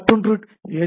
மற்றொன்று எச்